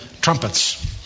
trumpets